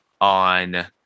on